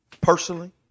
personally